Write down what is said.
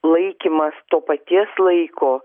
laikymas to paties laiko